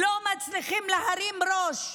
לא מצליחים להרים ראש,